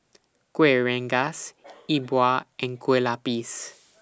Kuih Rengas Yi Bua and Kueh Lapis